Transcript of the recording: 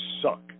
suck